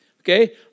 Okay